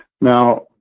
Now